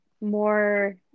more